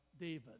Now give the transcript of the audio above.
David